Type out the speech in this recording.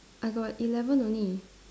I got eleven only